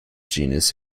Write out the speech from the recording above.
genus